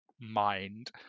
mind